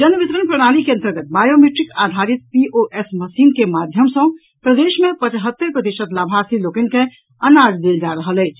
जन वितरण प्रणाली के अंतर्गत बायोमीट्रिक आधारित पीओएस मशीन के माध्यम सॅ प्रदेश मे पचहत्तरि प्रतिशत लाभार्थी लोकनि के अनाज देल जा रहल अछि